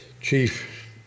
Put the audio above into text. chief